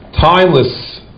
timeless